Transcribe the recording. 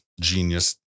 genius